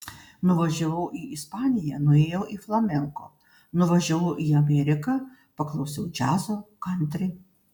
nuvažiavau į ispaniją nuėjau į flamenko nuvažiavau į ameriką paklausiau džiazo kantri